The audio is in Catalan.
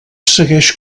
segueix